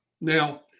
Now